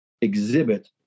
exhibit